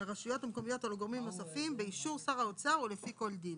לרשויות המקומיות או לגורמים נוספים באישור שר האוצר ולפי כל דין".